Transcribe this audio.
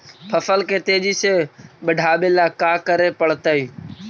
फसल के तेजी से बढ़ावेला का करे पड़तई?